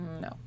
No